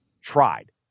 tried